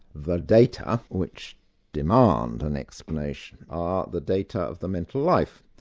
the data which demand an explanation are the data of the mental life.